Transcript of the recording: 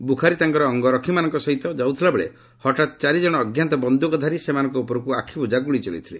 ବୁଖାରୀ ତାଙ୍କର ଅଙ୍ଗରକ୍ଷୀମାନଙ୍କ ସହିତ ଯାଉଥିବା ବେଳେ ହଠାତ୍ ଚାରି ଜଣ ଅଜ୍ଞାତ ବନ୍ଧୁକଧାରୀ ସେମାନଙ୍କ ଉପରକୁ ଆଖିବୁଜା ଗୁଳି ଚଳାଇଥିଲେ